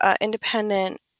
independent